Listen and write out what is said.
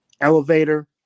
elevator